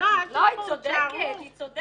לא, היא צודקת, היא צודקת.